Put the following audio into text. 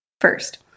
First